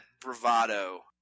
bravado